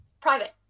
Private